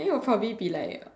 that would probably be like